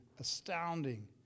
astounding